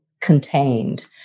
contained